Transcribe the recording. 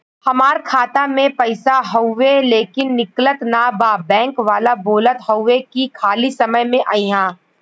हमार खाता में पैसा हवुवे लेकिन निकलत ना बा बैंक वाला बोलत हऊवे की खाली समय में अईहा